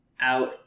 out